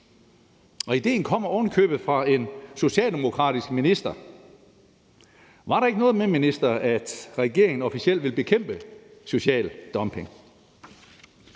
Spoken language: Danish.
Og idéen kommer ovenikøbet fra en socialdemokratisk minister. Var der ikke noget med, minister, at regeringen officielt ville bekæmpe social dumping?